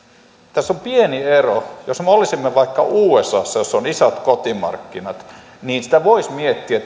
tässä on pieni ero jos me olisimme vaikka usassa missä on isot kotimarkkinat niin sitä voisi miettiä